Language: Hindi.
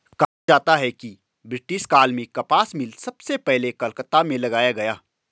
कहा जाता है कि ब्रिटिश काल में कपास मिल सबसे पहले कलकत्ता में लगाया गया